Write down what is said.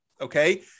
Okay